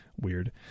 weird